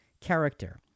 character